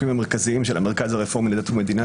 המרכזיים של המרכז הרפורמי לדת ומדינה,